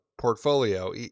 portfolio